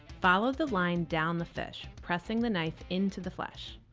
follow the line down the fish, pressing the knife into the flesh.